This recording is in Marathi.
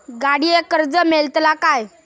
गाडयेक कर्ज मेलतला काय?